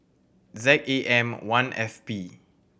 Z A M One F P